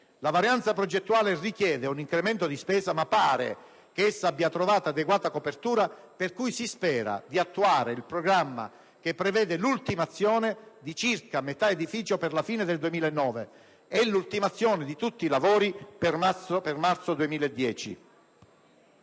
La variante progettuale richiede un incremento di spesa ma pare che essa abbia trovato adeguata copertura per cui si spera di attuare il programma che prevede l'ultimazione di circa metà edificio per la fine del 2009 e l'ultimazione di tutti i lavori per marzo 2010.